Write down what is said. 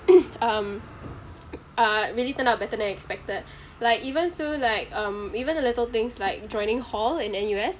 um uh it really turned out better than expected like even so like um even the little things like joining hall in N_U_S